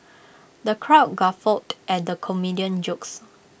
the crowd guffawed at the comedian's jokes